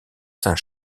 saint